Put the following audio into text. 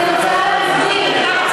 אני רוצה להסביר.